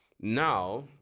now